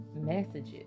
messages